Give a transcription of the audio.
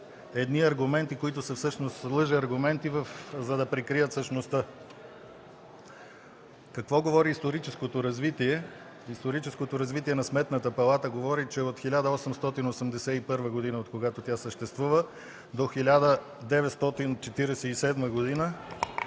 на аргументи, които са всъщност лъжеаргументи, за да прикрият същността. Какво говори историческото развитие? Историческото развитие на Сметната палата говори, че от 1881 г., откогато тя съществува, до 1947 г.